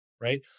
right